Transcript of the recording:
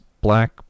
black